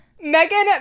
Megan